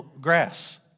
grass